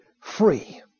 free